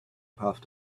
path